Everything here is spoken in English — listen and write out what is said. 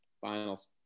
finals